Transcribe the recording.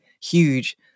huge